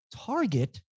target